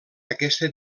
aquesta